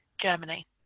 Germany